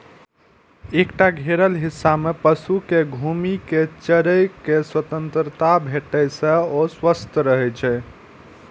एकटा घेरल हिस्सा मे पशु कें घूमि कें चरै के स्वतंत्रता भेटै से ओ स्वस्थ रहै छै